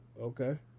Okay